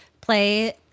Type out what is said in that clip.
play